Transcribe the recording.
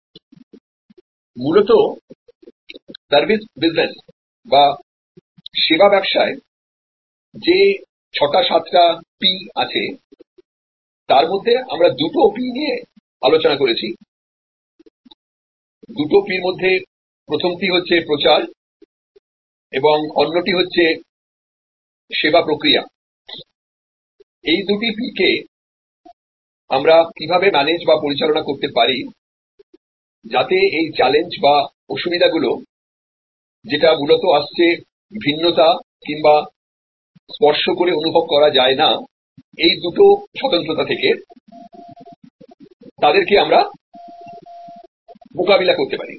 সুতরাং মূলত service business যে ছটা সাতটা পি আছে তার মধ্যে আমরা দুটো পি নিয়ে আলোচনা করেছি দুটো পির মধ্যে প্রথমটি হচ্ছে প্রমোশন এবং অন্যটি হচ্ছে প্রসেস ফ্লও এই দুটি পি কে আমরা কিভাবে পরিচালনা করতে পারি যাতে এই চ্যালেঞ্জ যেটা মূলত আসছে ভিন্নতা কিংবা স্পর্শ করে অনুভব করা যায় না এই দুটো স্বতন্ত্রতা থেকে তাদেরকে আমরা মোকাবিলা করতে পারি